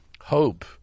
Hope